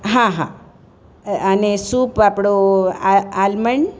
હા હા અને સૂપ આપણો આ આલ્મંડ